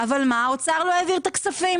אבל האוצר לא העביר את הכספים.